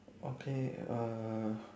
okay err